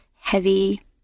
heavy